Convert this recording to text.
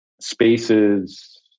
spaces